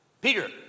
Peter